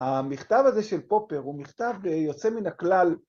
‫המכתב הזה של פופר, ‫הוא מכתב יוצא מן הכלל...